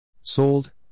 Sold